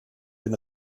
den